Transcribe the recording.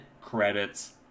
Credits